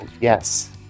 yes